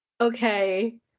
Okay